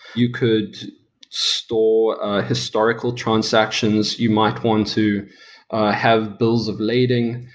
you could store historical transactions you might want to have bills of lading.